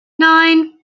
nine